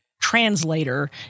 Translator